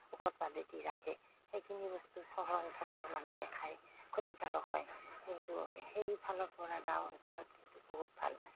ঔষধ পাতি দি ৰাখে সেইখিনি বস্তু চহৰ অঞ্চলৰ মানুহে খাই ক্ষতিকাৰক হয় কিন্তু সেইফালৰপৰা গাঁও অঞ্চলত কিন্তু বহুত ভাল